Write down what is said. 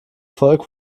volk